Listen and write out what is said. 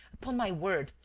upon my word,